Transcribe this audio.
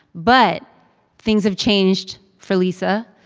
but things have changed for lisa.